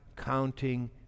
counting